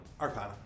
Arcana